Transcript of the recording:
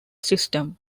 system